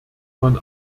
man